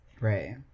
Right